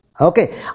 okay